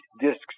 disks